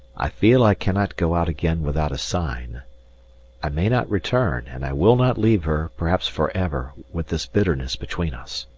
i feel i cannot go out again without a sign i may not return, and i will not leave her, perhaps for ever, with this bitterness between us.